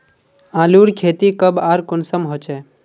आलूर खेती कब आर कुंसम होचे?